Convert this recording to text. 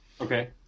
Okay